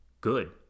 good